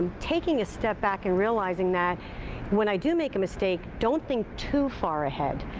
taking a step back and realizing that when i do make a mistake, don't think too far ahead.